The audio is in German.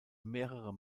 mehrere